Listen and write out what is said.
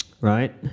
right